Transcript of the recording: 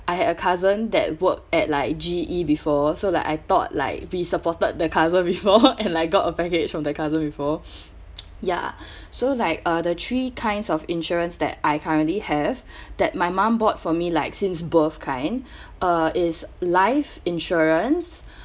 I had a cousin that work at like G_E before so like I thought like we supported the cousin before and I got a package from the cousins before ya so like uh the three kinds of insurance that I currently have that my mom bought for me like since birth kind uh is life insurance